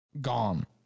gone